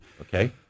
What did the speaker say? Okay